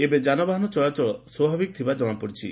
ଏବେ ଯାନବାହନ ଚଳାଚଳ ସ୍ୱାଭାବିକ ଥିବା ଜଣାପଡିଛି